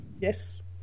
Yes